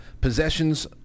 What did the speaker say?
Possessions